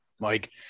Mike